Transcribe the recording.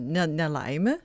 ne nelaimė